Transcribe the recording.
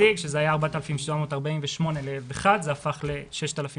הציג שזה היה 4,748 שקלים, זה הפך ל-6,331.